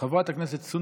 חבר הכנסת סעיד אלחרומי,